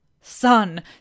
Son